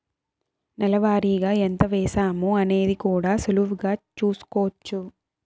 నెల వారిగా ఎంత వేశామో అనేది కూడా సులువుగా చూస్కోచ్చు